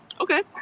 Okay